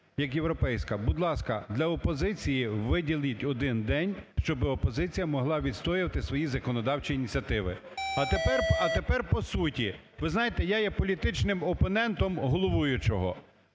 як європейська, будь ласка, для опозиції виділіть один день, щоб опозиція могла відстоювати свої законодавчі ініціативи. А тепер по суті. Ви знаєте, я є політичним опонентом головуючого.